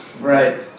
Right